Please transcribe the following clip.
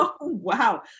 Wow